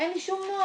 אין לי שום נוהל,